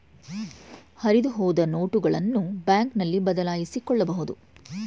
ಹರಿದುಹೋದ ನೋಟುಗಳನ್ನು ಬ್ಯಾಂಕ್ನಲ್ಲಿ ಬದಲಾಯಿಸಿಕೊಳ್ಳಬಹುದು